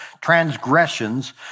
transgressions